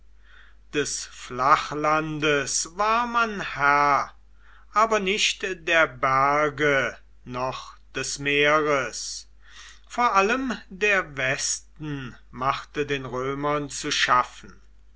des flachlandes war man herr aber nicht der berge noch des meeres vor allem der westen machte den römern zu schaffen